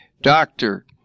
doctor